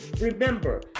remember